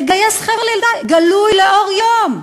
לגייס חבר'ה ל"דאעש", גלוי לאור יום.